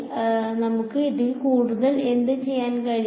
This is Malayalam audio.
അതിനാൽ നമുക്ക് ഇതിൽ കൂടുതൽ എന്ത് ചെയ്യാൻ കഴിയും